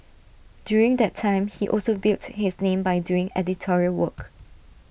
during that time he also built his name by doing editorial work